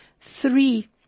three